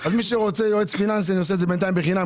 אז מי שרוצה יועץ פיננסי אני עושה את זה בינתיים בחינם,